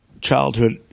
childhood